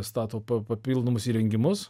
stato papildomus įrengimus